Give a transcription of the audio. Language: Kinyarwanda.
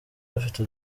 bafite